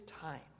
time